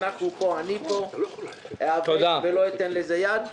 אני פה איאבק ולא אתן לזה יד.